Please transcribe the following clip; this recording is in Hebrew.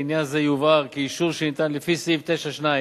לעניין זה יובהר כי אישור שניתן לפי סעיף 9(2)